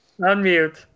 Unmute